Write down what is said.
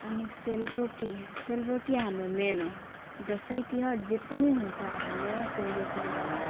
अनि सेलरोटी सेलरोटी हाम्रो मेन हो दसैँ तिहार जे पनि हुन्छ हाम्रोमा सेलरोटी बनाउँछ